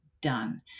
done